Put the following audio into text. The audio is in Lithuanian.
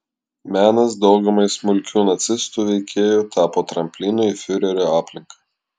menas daugumai smulkių nacistų veikėjų tapo tramplinu į fiurerio aplinką